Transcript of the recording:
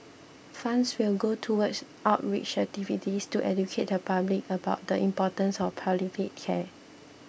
funds will go towards outreach activities to educate the public about the importance of palliative care